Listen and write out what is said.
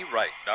right